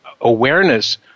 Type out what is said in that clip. awareness